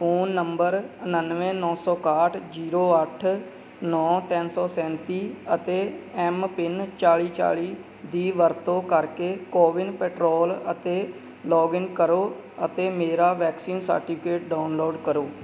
phone number ਉਣਾਨਵੇਂ ਨੌਂ ਸੌ ਇੱਕਾਹਠ ਜੀਰੋ ਅੱਠ ਨੌਂ ਤਿੰਨ ਸੌ ਸੈਂਤੀ ਅਤੇ ਐੱਮ ਪਿੰਨ ਚਾਲੀ ਚਾਲੀ ਦੀ ਵਰਤੋਂ ਕਰਕੇ ਕੋਵਿਨ ਪੈਟਰੋਲ ਅਤੇ ਲੌਗਇਨ ਕਰੋ ਅਤੇ ਮੇਰਾ ਵੈਕਸੀਨ ਸਰਟੀਫਿਕੇਟ ਡਾਊਨਲੋਡ ਕਰੋ